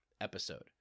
episode